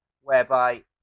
whereby